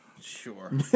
sure